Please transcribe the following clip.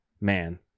man